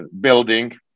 building